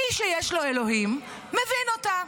מי שיש לו אלוהים, מבין אותה.